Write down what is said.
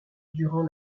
durant